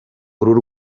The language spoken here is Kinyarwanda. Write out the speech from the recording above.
uru